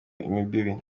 imbibi